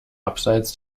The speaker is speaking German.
abseits